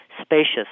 spacious